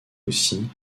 aussi